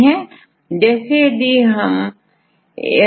तो कई सारी तृतीयक संरचना मिलकर चतुर्थक संरचना बनाती है